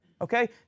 Okay